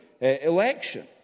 election